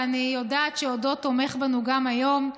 ואני יודעת שעודו תומך בנו גם היום,